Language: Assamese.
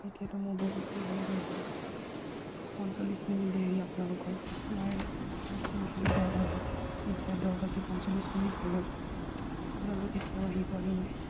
এতিয়াতো মোৰ বহুত দেৰি হৈ গ'ল পঞ্চল্লিছ মিনিট দেৰি আপোনালোকৰ মই বুক কৰিছিলোঁ দহ বজাত এতিয়া দহ বাজি পঞ্চল্লিছ মিনিট হৈ গ'ল আপোনালোক এতিয়াও আহি পোৱাহি নাই